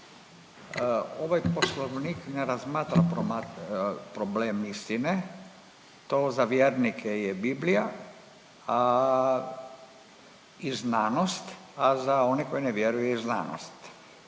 razmatra .../nerazumljivo/... problem istine, to za vjernike je Biblija, a, i znanost, a za one koji ne vjeruju je znanost.